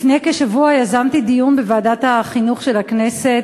לפני כשבוע יזמתי דיון בוועדת החינוך של הכנסת,